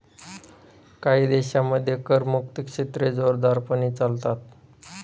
काही देशांमध्ये करमुक्त क्षेत्रे जोरदारपणे चालतात